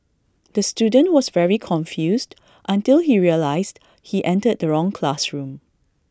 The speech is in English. the student was very confused until he realised he entered the wrong classroom